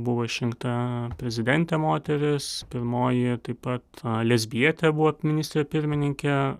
buvo išrinkta prezidentė moteris pirmoji taip pat lezbijetė buvo ministrė pirmininkė